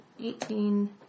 eighteen